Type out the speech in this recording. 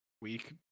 week